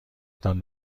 تان